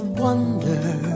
wonder